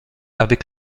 avec